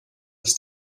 dass